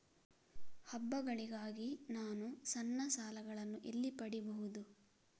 ಹಬ್ಬಗಳಿಗಾಗಿ ನಾನು ಸಣ್ಣ ಸಾಲಗಳನ್ನು ಎಲ್ಲಿ ಪಡಿಬಹುದು?